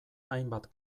hainbat